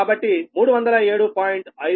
కాబట్టి 307